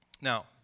Now